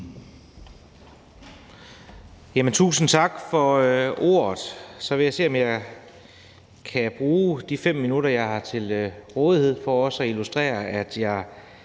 Tusind tak for ordet. Så vil jeg se, om jeg kan bruge de 5 minutter, jeg har til rådighed, for også at illustrere, at jeg